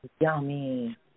yummy